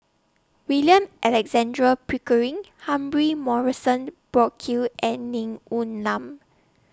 William Alexander Pickering Humphrey Morrison Burkill and Ning Woon Lam